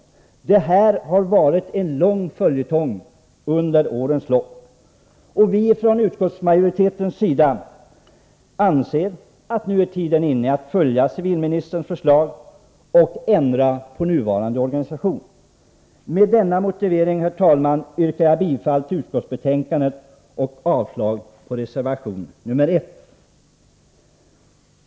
Det här har varit en lång följetong under årens lopp. Vi från utskottsmajoritetens sida anser att tiden nu är inne att följa civilministerns förslag och ändra nuvarande organisation. Med denna motivering, herr talman, yrkar jag bifall till utskottets hemställan och avslag på reservation nr 1.